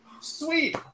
sweet